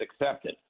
accepted